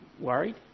worried